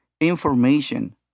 information